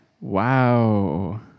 Wow